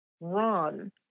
run